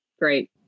Great